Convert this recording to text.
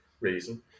reason